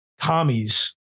Commies